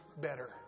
Better